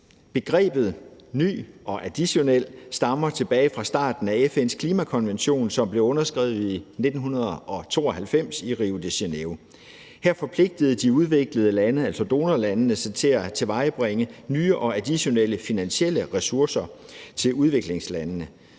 Begrebet ny og additionel stammer tilbage fra starten af FN’s klimakonvention, som blev underskrevet i 1992 i Rio de Janeiro. Her forpligtede de udviklede lande, altså donorlandene, sig til at tilvejebringe nye og additionelle finansielle ressourcer til udviklingslandene.